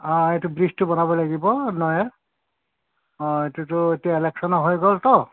অঁ এইটো ব্ৰীজটো বনাব লাগিব নহয় অঁ এইটো এতিয়া ইলেকশ্যন হৈ গ'ল ত'